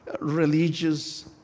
religious